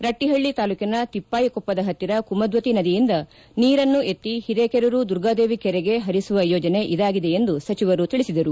ರಟ್ವಿಹಳ್ಳಿ ತಾಲೂಕಿನ ತಿಪ್ಪಾಯಿಕೊಪ್ಪದ ಹತ್ತಿರ ಕುಮಧ್ಯತಿ ನದಿಯಿಂದ ನೀರನ್ನು ಎತ್ತಿ ಹಿರೇಕೆರೂರು ದುರ್ಗಾದೇವಿ ಕೆರೆಗೆ ನೀರನ್ನು ಹರಿಸುವ ಯೋಜನೆ ಇದಾಗಿದೆ ಎಂದು ಸಚಿವರು ತಿಳಿಸಿದರು